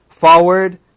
Forward